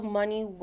money